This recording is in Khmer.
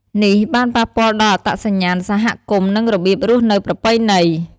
នេះបានប៉ះពាល់ដល់អត្តសញ្ញាណសហគមន៍ និងរបៀបរស់នៅប្រពៃណី។